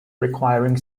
requiring